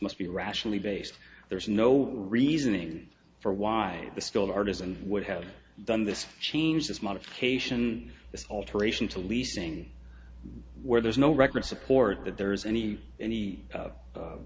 must be rationally based there's no reasoning for why the skilled artisan would have done this change this modification alteration to leasing where there's no record support that there is any any